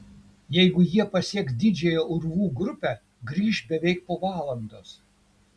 jeigu jie pasieks didžiąją urvų grupę grįš beveik po valandos